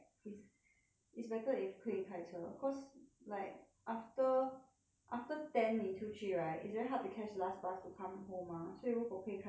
is better if 可以开车 cause like after after ten 你出去 right it's very hard to catch the last bus to come home mah 所以如果可以开车的话 is like